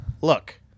Look